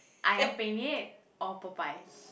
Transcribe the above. Ayam-Penyet or Popeyes